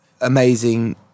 amazing